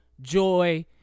joy